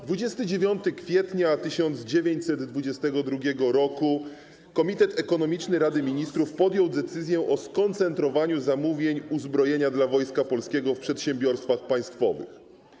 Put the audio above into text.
29 kwietnia 1922 r. Komitet Ekonomiczny Rady Ministrów podjął decyzję o skoncentrowaniu zamówień uzbrojenia dla Wojska Polskiego w przedsiębiorstwach państwowych.